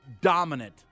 dominant